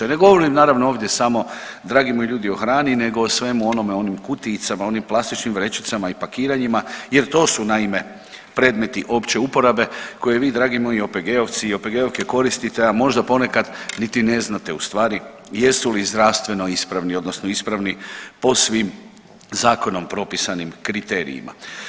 Ne govorim naravno ovdje samo dragi moji ljudi o hrani nego o svem onome onim kutijicama, onim plastičnim vrećicama i pakiranjima jer to su naime predmeti opće uporabe koje vi dragi moji OPG-ovci i OPG-ovke koristite, a možda ponekad niti ne znate ustvari jesu li zdravstveno ispravni odnosno ispravni po svim zakonom propisanim kriterijima.